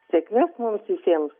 sėkmės mums visiems